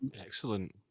excellent